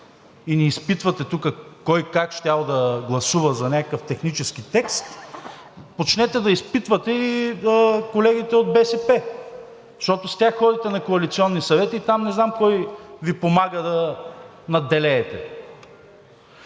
и ни изпитвате тук кой как щял да гласува за някакъв технически текст, започнете да изпитвате и колегите от БСП, защото с тях ходите на коалиционни съвети и там не знам кой Ви помага да надделеете.